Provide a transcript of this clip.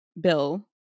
bill